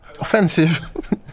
offensive